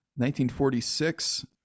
1946